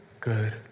good